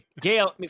Gail